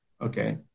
Okay